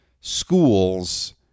schools